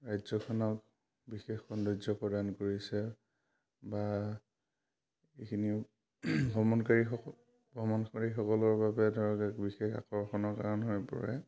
ৰাজ্যখনক বিশেষ সৌন্দৰ্য প্ৰদান কৰিছে বা এইখিনি ভ্ৰমণকাৰীসকল ভ্ৰমণকাৰীসকলৰ বাবে ধৰক এক বিশেষ আকৰ্ষণৰ কাৰণ হৈ পৰে